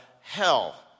hell